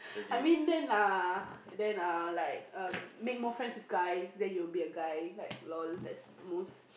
I mean then uh then uh like um make more friends with guys then you'll be a guy like lah that's the most